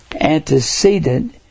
antecedent